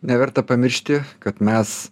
neverta pamiršti kad mes